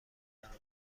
برابر